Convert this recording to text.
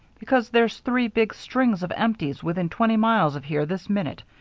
because there's three big strings of empties within twenty miles of here this minute.